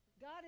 God